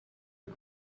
him